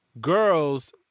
girls